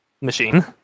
machine